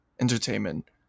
entertainment